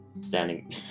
standing